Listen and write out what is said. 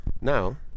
now